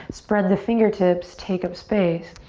spread the fingertips, take up space.